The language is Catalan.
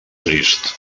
trist